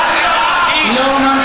רגע,